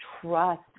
trust